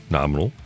nominal